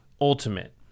ultimate